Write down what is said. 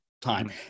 time